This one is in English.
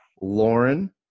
Lauren